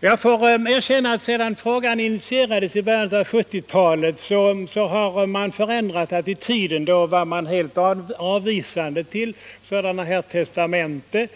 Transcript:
Jag får erkänna att sedan frågan togs upp i början av 1970-talet har attityderna förändrats. Då var man helt avvisande till sådana här testamenten.